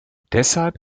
deshalb